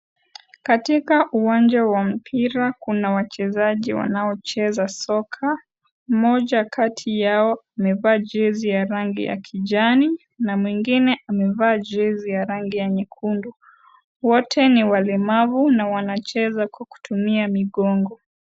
Katika uwanja wa mpira, kuna wachezaji wanaocheza soka. Mmoja kati yao, amevaa jezi ya rangi ya kijani na mwingine amevaa jezi ya rangi ya nyekundu. Wote ni walemavu na wanacheza kwa kutumia magongo.